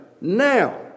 now